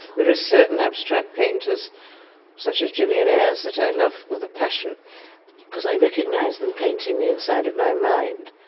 there are certain abstract painters such as gillian ayres that i love with a passion because i recognise them painting the inside of my mind.